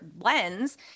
lens